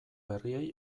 berriei